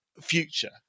future